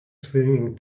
swimming